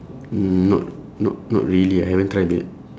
not not not really ah I haven't tried it